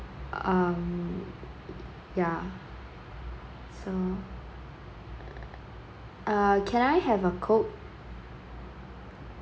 um ya so uh can I have a coke